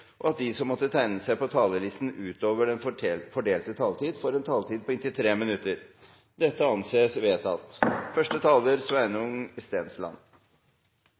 og at de som måtte tegne seg på talerlisten utover den fordelte taletid, får en taletid på inntil 3 minutter. – Det anses vedtatt.